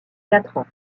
quatre